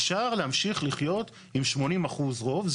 אפשר להמשיך לחיות עם 80% רוב.